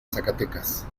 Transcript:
zacatecas